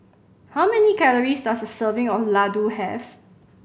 how many calories does a serving of Ladoo have